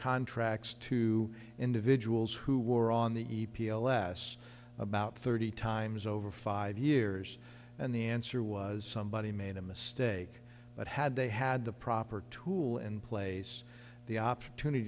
contracts to individuals who were on the e p o less about thirty times over five years and the answer was somebody made a mistake but had they had the proper tool and place the opportunity